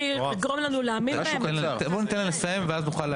שיגרום לנו להאמין בהם --- בואו ניתן לה לסיים ואז נוכל להגיב.